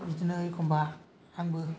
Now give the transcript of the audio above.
बिदिनो एखम्बा आंबो